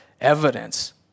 evidence